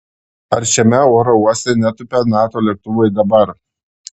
ar šiame oro uoste netūpia nato lėktuvai dabar